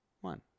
one